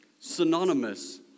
synonymous